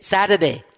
Saturday